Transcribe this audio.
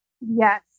Yes